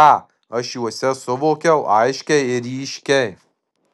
ką aš juose suvokiau aiškiai ir ryškiai